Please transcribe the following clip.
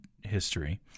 history